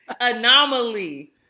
Anomaly